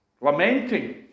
lamenting